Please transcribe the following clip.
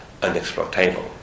unexploitable